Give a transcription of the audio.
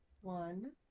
one